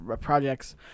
projects